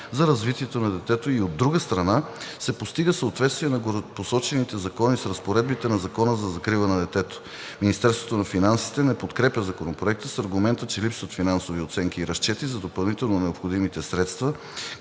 за развитието на детето, и от друга страна се постига съответствие на горепосочените закони с разпоредбите на Закона за закрила на детето. Министерството на финансите не подкрепя Законопроекта с аргумента, че липсват финансови оценки и разчети за допълнително необходимите средства,